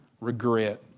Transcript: regret